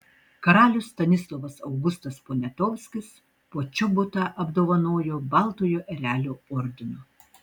karalius stanislovas augustas poniatovskis počobutą apdovanojo baltojo erelio ordinu